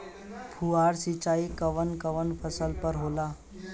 फुहार सिंचाई कवन कवन फ़सल पर होला?